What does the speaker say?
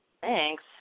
Thanks